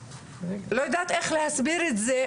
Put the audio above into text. לא יודעת איך להסביר את זה,